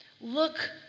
Look